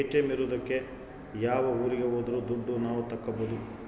ATM ಇರೋದಕ್ಕೆ ಯಾವ ಊರಿಗೆ ಹೋದ್ರು ದುಡ್ಡು ನಾವ್ ತಕ್ಕೊಬೋದು